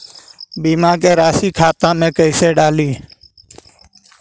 बीमा के रासी खाता में कैसे डाली?